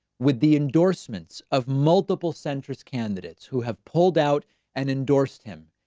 with the endorsements of multiple centres candidates who have pulled out and endorsed him,